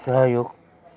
सहयोग